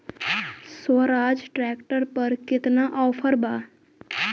Swaraj tractor पर केतना offer बा?